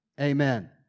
Amen